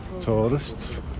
tourists